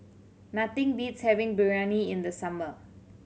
nothing beats having Biryani in the summer